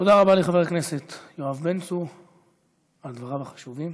תודה רבה לחבר הכנסת יואב בן צור על דבריו החשובים.